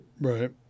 Right